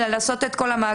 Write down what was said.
אלא לעשות את כל המעגל.